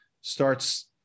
starts